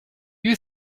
you